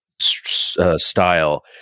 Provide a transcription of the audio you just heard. style